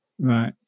Right